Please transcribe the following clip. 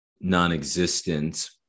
non-existent